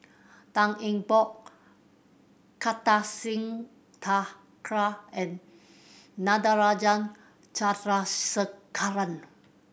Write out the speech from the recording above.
Tan Eng Bock Kartar Singh Thakral and Natarajan Chandrasekaran